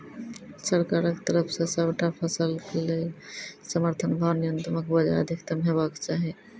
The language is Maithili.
सरकारक तरफ सॅ सबटा फसलक लेल समर्थन भाव न्यूनतमक बजाय अधिकतम हेवाक चाही?